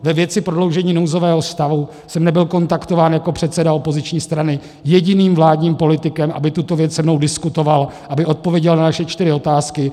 Ve věci prodloužení nouzového stavu jsem nebyl kontaktován jako předseda opoziční strany jediným vládním politikem, aby tuto věc se mnou diskutoval, aby odpověděl na naše čtyři otázky.